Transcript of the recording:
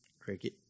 Cricket